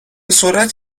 سرعت